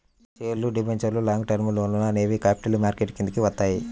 షేర్లు, డిబెంచర్లు, long term లోన్లు అనేవి క్యాపిటల్ మార్కెట్ కిందికి వత్తయ్యి